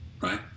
right